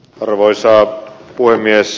arvoisa puhemies